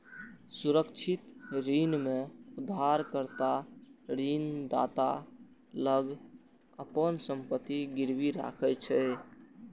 सुरक्षित ऋण मे उधारकर्ता ऋणदाता लग अपन संपत्ति गिरवी राखै छै